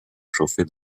chauffer